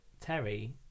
Terry